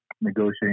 negotiating